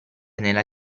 nella